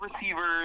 receivers